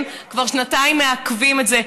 הם כבר שנתיים מעכבים את זה.